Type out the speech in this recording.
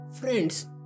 Friends